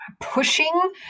pushing